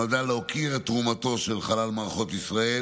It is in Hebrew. נועדה להוקיר את תרומתו של חלל מערכות ישראל.